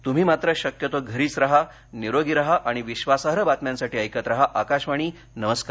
तुम्ही मात्र शक्यतो घरीच राहा निरोगी राहा आणि विश्वासार्ह बातम्यांसाठी ऐकत राहा आकाशवाणी नमस्कार